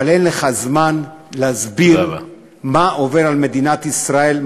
אבל אין לך זמן להסביר מה עובר על מדינת ישראל,